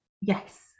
Yes